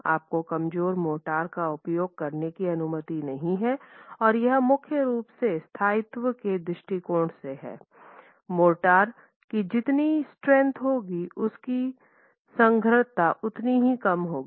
आपको कमजोर मोर्टार का उपयोग करने की अनुमति नहीं है और यह मुख्य रूप से स्थायित्व के दृष्टिकोण से है मोर्टार की जितनी स्ट्रेंथ होगी उसकी सरंध्रता उतनी ही काम होगी